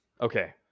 Okay